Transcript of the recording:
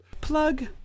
plug